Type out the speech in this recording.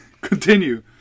Continue